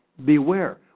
Beware